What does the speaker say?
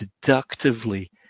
deductively